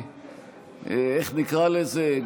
איך נקרא לזה,